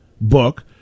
book